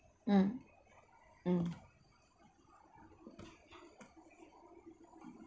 mm mm